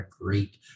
great